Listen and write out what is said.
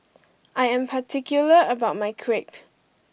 I am particular about my Crepe